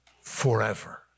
forever